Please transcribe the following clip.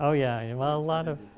oh yeah well a lot of